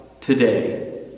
today